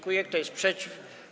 Kto jest przeciw?